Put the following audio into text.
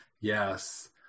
Yes